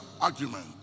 argument